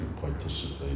participate